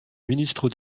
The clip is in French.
ministre